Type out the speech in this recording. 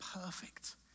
perfect